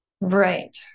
right